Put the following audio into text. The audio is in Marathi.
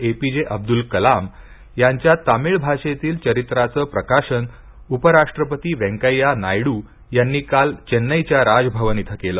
ए पी जे अब्दुल कलाम यांच्या तामिळ भाषेतील चरित्राचे प्रकाशन उपराष्ट्रपती वेंकैया नायडू यांनी काल चेन्नईच्या राजभवन येथे केले